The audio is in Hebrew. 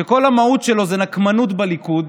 שכל המהות שלו זאת נקמנות בליכוד,